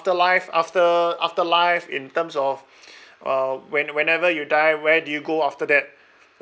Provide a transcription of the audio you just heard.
afterlife after afterlife in terms of uh when whenever you die where do you go after that